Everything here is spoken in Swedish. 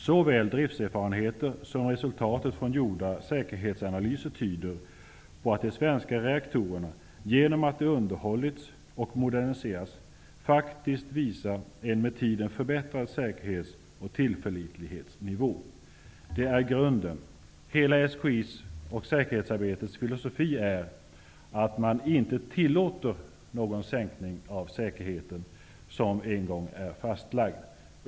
Såväl driftserfarenheter som resultatet från gjorda säkerhetsanalyser tyder på att de svenska reaktorerna genom att de underhållits och moderniserats faktiskt visar en med tiden förbättrad säkerhets och tillförlitlighetsnivå. Det är grunden. Hela SKI:s och säkerhetsarbetets filosofi är att man inte tillåter någon sänkning av den säkerhet som en gång är fastlagd.